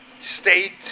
state